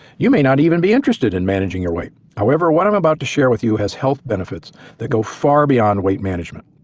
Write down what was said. you may not even be interested in managing your weight. however, what i'm about to share with you has health benefits that go far beyond weight management.